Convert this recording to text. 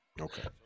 Okay